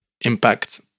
impact